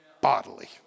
bodily